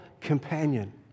companion